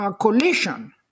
collision